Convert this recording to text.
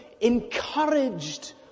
encouraged